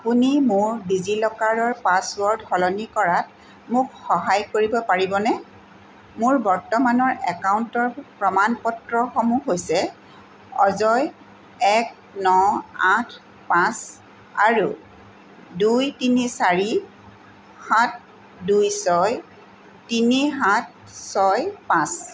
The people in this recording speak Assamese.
আপুনি মোৰ ডিজি লকাৰৰ পাছৱৰ্ড সলনি কৰাত মোক সহায় কৰিব পাৰিবনে মোৰ বৰ্তমানৰ একাউণ্টৰ প্ৰমাণ পত্ৰসমূহ হৈছে অজয় এক ন আঠ পাঁচ আৰু দুই তিনি চাৰি সাত দুই ছয় তিনি সাত ছয় পাঁচ